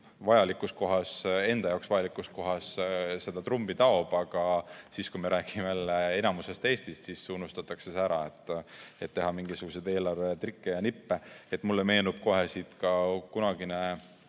vajalikus kohas, enda jaoks vajalikus kohas ta seda trummi taob, aga siis, kui me räägime jälle enamusest Eestist, unustatakse see ära, et teha mingisuguseid eelarvetrikke ja ‑nippe. Mulle meenub kohe kunagine